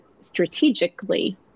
strategically